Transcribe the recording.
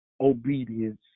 obedience